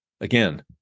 Again